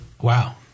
Wow